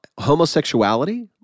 homosexuality